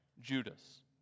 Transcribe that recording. Judas